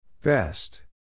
Best